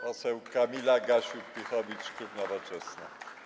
Poseł Kamila Gasiuk-Pihowicz, klub Nowoczesna.